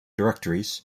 directories